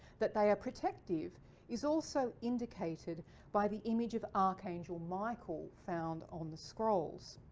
that they are protective is also indicated by the image of archangel michael found on the scrolls.